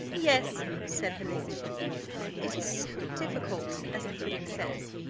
yes, said her ladyship it is so difficult, as the critic says,